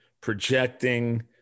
projecting